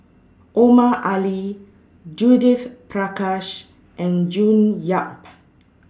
Omar Ali Judith Prakash and June Yap